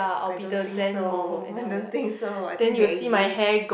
I don't think so I don't think so I think they exist